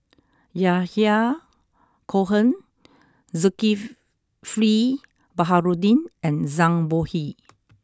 Yahya Cohen Zulkifli Baharudin and Zhang Bohe